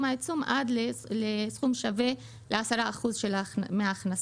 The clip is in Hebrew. העיצום עד לסכום שווה ל-10% מההכנסות.